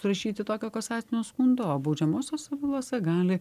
surašyti tokio kasacinio skundo o baudžiamosiose bylose gali